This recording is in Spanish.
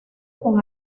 con